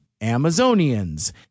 Amazonians